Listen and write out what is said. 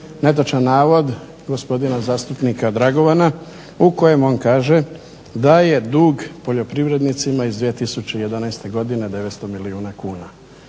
netočan navod gospodina zastupnika Dragovana u kojem on kaže da je dug poljoprivrednicima iz 2011.godine 900 milijuna kuna.